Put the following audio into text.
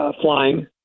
flying